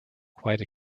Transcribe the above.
quite